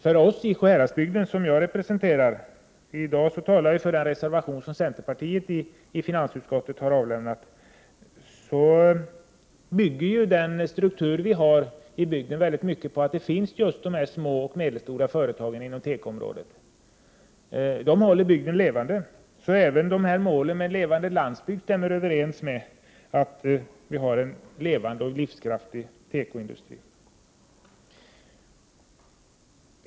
För Sjuhäradsbygden som jag representerar — i dag talar jag för den reservation som centerpartiet avlämnat i finansutskottet — baseras ju bygdens struktur i mycket stor utsträckning på att de här små och medelstora företagen på tekoområdet finns. Dessa företag håller bygden levande. Även målet levande landsbygd kräver att vi har en livskraftig tekoindustri.